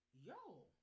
yo